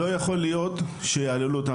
לא יכול להיות שיהללו אותו.